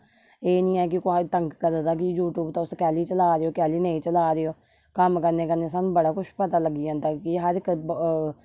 एह् नेई है कि कुसे गी तंग करना कि यूट्यूब तुस कैल्ली चला दे हो केली नेई चला दे हो कम्म करने कन्ने सानू बड़ा कुछ पता लग्गी जंदा कि हर इक